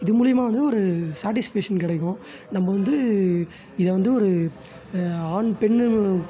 இது மூலயமா வந்து ஒரு சாட்டிஸ்ஃபேஷன் கிடைக்கும் நம்ம வந்து இதை வந்து ஒரு ஆண் பெண்ணுன்னு